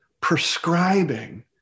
prescribing